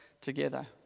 together